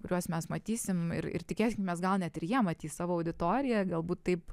kuriuos mes matysim ir ir tikėkimės gal net ir jie matys savo auditoriją galbūt taip